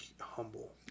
humble